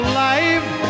life